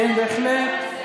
כן, בהחלט.